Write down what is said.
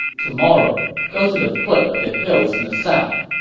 tomorrow, go to the foot of the hills in the south.